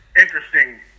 interesting